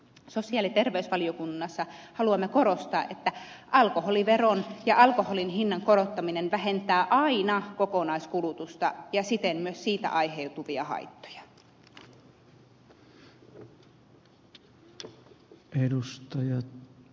sosiaali ja terveysvaliokunnassa haluamme korostaa että alkoholiveron ja alkoholin hinnan korottaminen vähentää aina kokonaiskulutusta ja siten myös siitä aiheutuvia haittoja